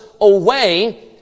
away